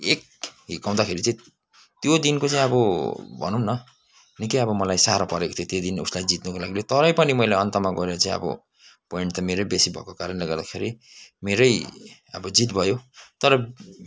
एक हिर्काउँदाखेरि चाहिँ त्यो दिनको चाहिँ अब भनौँ न निकै अब मलाई साह्रो परेको थियो दिन उसलई जित्नुको लागिलाई तरै पनि मैले अन्तमा गोएर चाहिँ अब पोइन्ट त मेरै बेसि भएको कारणले गर्दाखेरि मेरै अब जित भयो तर